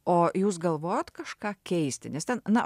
o jūs galvojot kažką keisti nes ten na